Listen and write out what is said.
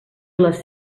les